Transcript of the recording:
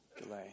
delay